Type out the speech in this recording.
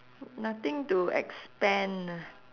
nothing to expand ah